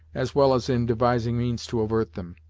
as well as in devising means to avert them.